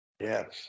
Yes